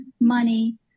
money